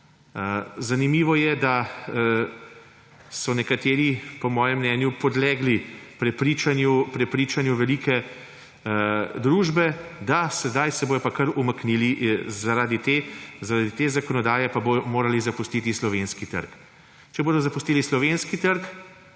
Zanimivo je, da so nekateri, po mojem mnenju, podlegli prepričanju velike družbe, da sedaj se bodo pa kar umaknili, zaradi te zakonodaje pa bodo morali zapustiti slovenski trg. Če bodo zapustili slovenski trg